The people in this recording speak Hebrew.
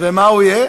ומה הוא יהיה?